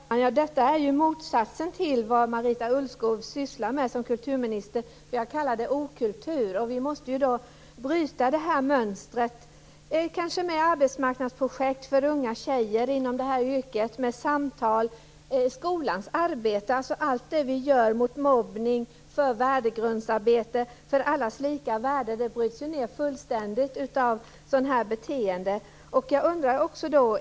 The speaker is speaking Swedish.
Herr talman! Detta är ju motsatsen till vad Marita Ulvskog sysslar med som kulturminister. Jag kallar det okultur. Vi måste bryta det här mönstret, kanske med arbetmarknadsprojekt för unga tjejer inom det här yrket och med samtal. Skolans arbete och allt som görs mot mobbning, för värdegrundsarbetet, för allas lika värde bryts ju ned fullständigt av sådant här beteende.